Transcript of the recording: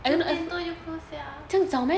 九点多就 close liao